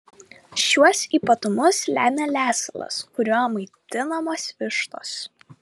šiuos ypatumus lemia lesalas kuriuo maitinamos vištos